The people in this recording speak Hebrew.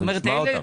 אנחנו נשמע אותם.